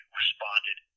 responded